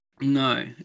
No